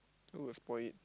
who will spoil it